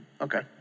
Okay